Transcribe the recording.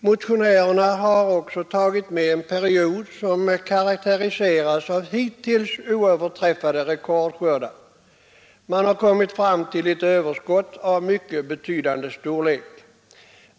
Motionärerna har också som exempel tagit en period som karakteriseras av hittills oöverträffade rekordskördar och kommit fram till ett spannmålsöverskott av mycket betydande storlek.